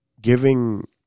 giving –